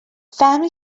family